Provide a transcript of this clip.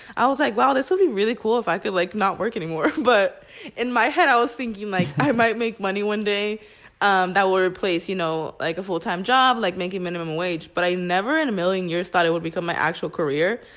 i was like, wow, this would be really cool if i could like not work anymore. but in my head i was thinking, i might make money one day um that would replace you know like a full-time job like making minimum wage. but i never in a million years thought it would become my actual career.